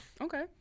Okay